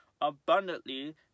abundantly